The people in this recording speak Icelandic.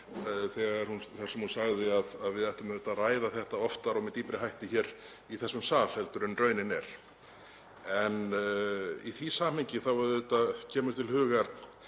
sem hún sagði að við ættum að ræða þetta oftar og með dýpri hætti í þessum sal heldur en raunin er. Í því samhengi kemur til hugar